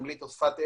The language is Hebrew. אנגלית או שפת אם,